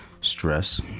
stress